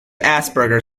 asperger